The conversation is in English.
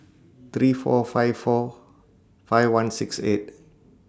three four five four five one six eight